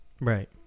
Right